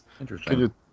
Interesting